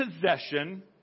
possession